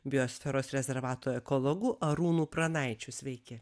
biosferos rezervatu ekologu arūnu pranaičiu sveiki